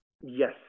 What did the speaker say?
yes